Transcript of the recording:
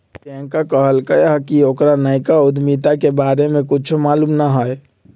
प्रियंका कहलकई कि ओकरा नयका उधमिता के बारे में कुछो मालूम न हई